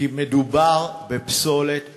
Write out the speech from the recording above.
כי מדובר בפסולת בניין,